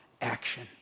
Action